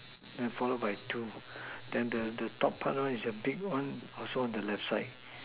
then followed by two then the the top part one is the big one also on the left side